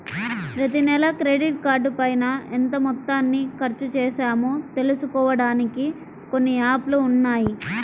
ప్రతినెలా క్రెడిట్ కార్డుపైన ఎంత మొత్తాన్ని ఖర్చుచేశామో తెలుసుకోడానికి కొన్ని యాప్ లు ఉన్నాయి